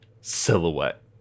silhouette